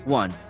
one